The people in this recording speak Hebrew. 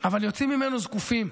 אבל יוצאים ממנו זקופים,